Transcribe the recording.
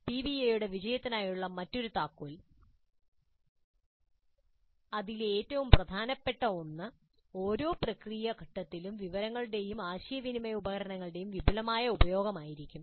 പിബിഐയുടെ വിജയത്തിനായുള്ള മറ്റൊരു താക്കോൽ അതിലെ ഏറ്റവും പ്രധാനപ്പെട്ട ഒന്ന് ഓരോ പ്രക്രിയ ഘട്ടത്തിലും വിവരങ്ങളുടെയും ആശയവിനിമയഉപകരണങ്ങളുടെയും വിപുലമായ ഉപയോഗമായിരിക്കും